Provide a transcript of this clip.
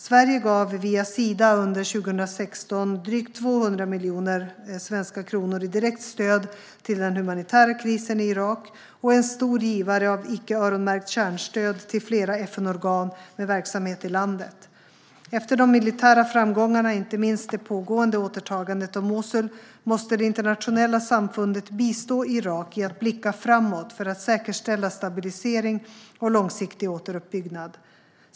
Sverige gav via Sida under 2016 drygt 200 miljoner kronor i direkt stöd för att lindra den humanitära krisen i Irak och är en stor givare av icke-öronmärkt kärnstöd till flera FN-organ med verksamhet i landet. Efter de militära framgångarna, inte minst det pågående återtagandet av Mosul, måste det internationella samfundet bistå Irak i att blicka framåt för att säkerställa stabilisering och långsiktig återuppbyggnad.